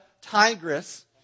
Tigris